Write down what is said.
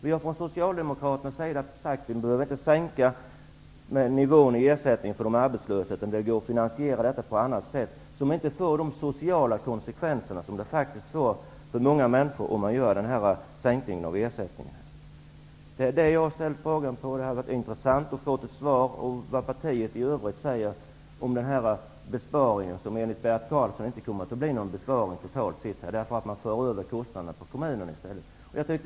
Vi har från Socialdemokraternas sida sagt att vi inte behöver sänka nivån för ersättning till de arbetslösa, utan det går att finansiera detta på annat sätt, vilket inte får de sociala konsekvenser för många människor som en sänkning av ersättningen skulle medföra. Det är just den frågan som det skulle ha varit intressant att få besvarad, liksom vad Ny demokrati i övrigt säger om den besparing, som enligt Bert Karlsson inte kommer att bli någon besparing totalt sett, därför att kostnaderna i stället förs över på kommunerna.